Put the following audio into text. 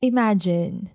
Imagine